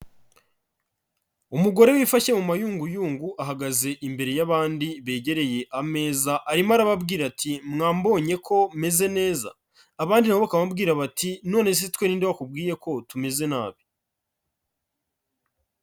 Umugore wifashe mu mayunguyungu ahagaze imbere y'abandi begereye ameza, arimo arababwira ati "mwambonye ko meze neza". Abandi na bo bakamubwira bati "nonese twe ni inde wakubwiye ko tumeze nabi"?